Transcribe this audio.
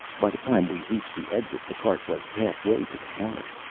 by the time we reached the exit the cart was half way to the park.